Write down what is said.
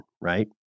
right